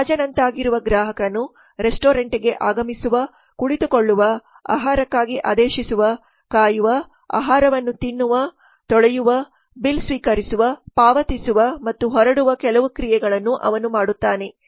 ರಾಜನಾಗಿರುವ ಗ್ರಾಹಕನು ರೆಸ್ಟೋರೆಂಟ್ಗೆ ಆಗಮಿಸುವ ಕುಳಿತುಕೊಳ್ಳುವ ಆಹಾರಕ್ಕಾಗಿ ಆದೇಶಿಸುವ ಕಾಯುವ ಆಹಾರವನ್ನು ತಿನ್ನುವ ತೊಳೆಯುವ ಬಿಲ್ ಸ್ವೀಕರಿಸುವ ಪಾವತಿಸುವ ಮತ್ತು ಹೊರಡುವ ಕೆಲವು ಕ್ರಿಯೆಗಳನ್ನು ಅವನು ಮಾಡುತ್ತಾನೆ